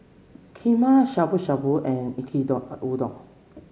Kheema Shabu Shabu and Yaki Udon